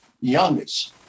youngest